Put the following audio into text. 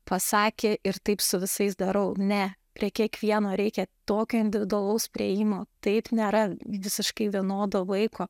pasakė ir taip su visais darau ne prie kiekvieno reikia tokio individualaus priėjimo taip nėra visiškai vienodo vaiko